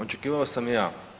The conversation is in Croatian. Očekivao sam i ja.